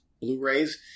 Blu-rays